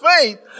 faith